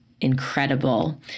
incredible